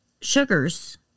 sugars